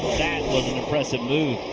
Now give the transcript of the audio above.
that was an impressive move.